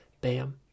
bam